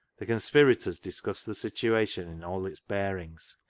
the conspirators discussed the situation in all its bearings,